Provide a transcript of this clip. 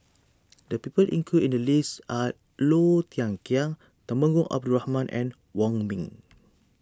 the people included in the list are Low Thia Khiang Temenggong Abdul Rahman and Wong Ming